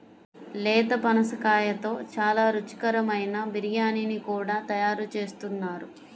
లేత పనసకాయతో చాలా రుచికరమైన బిర్యానీ కూడా తయారు చేస్తున్నారు